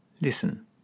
listen